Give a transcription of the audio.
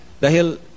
Dahil